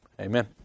Amen